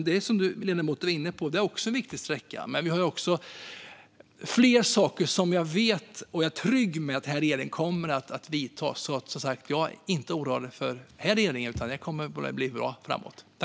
Det är en jätteviktig sträcka, men vi har fler saker som jag vet och är trygg med att den här regeringen kommer att göra. Jag är alltså inte oroad över den här regeringen, utan det kommer att bli bra framåt.